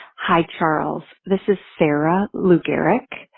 hi, charles. this is sarah lou garik.